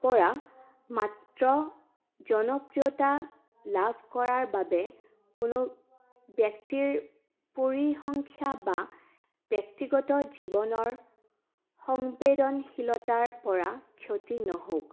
পৰা মাত্ৰ জনপ্ৰিয়তা লাভ কৰাৰ বাবে কোনো ব্যক্তিৰ পৰিসংখ্যা বা ব্যক্তিগত জীৱনৰ সংবেদনশীলতাৰপৰা ক্ষতি নহওঁক